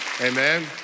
Amen